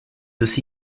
aussi